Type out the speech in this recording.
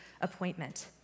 appointment